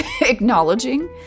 acknowledging